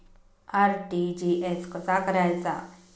RTGS कसा करायचा?